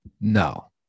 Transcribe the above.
No